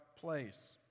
place